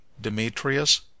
Demetrius